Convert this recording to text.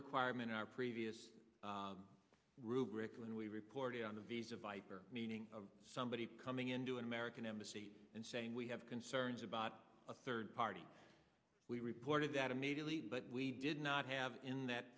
requirement in our previous rubric when we reported on the visa viper meaning of somebody coming into america embassy and saying we have concerns about a third party we reported that immediately but we did not have in that